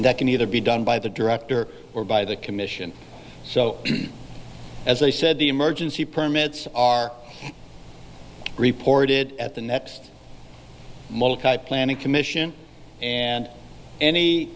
that can either be done by the director or by the commission so as they said the emergency permits are reported at the next planning commission and any